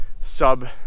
sub